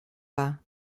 war